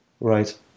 Right